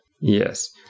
Yes